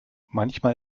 manchmal